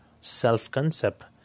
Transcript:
self-concept